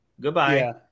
Goodbye